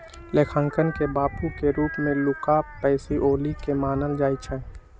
लेखांकन के बाबू के रूप में लुका पैसिओली के मानल जाइ छइ